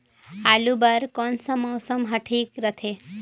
आलू बार कौन सा मौसम ह ठीक रथे?